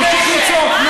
מה הקשר?